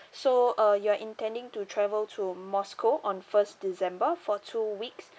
so uh you're are intending to travel to moscow on first december for two weeks